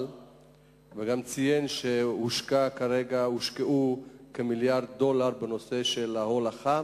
וגם ציין שהושקעו כמיליארד דולר בנושא של ההולכה,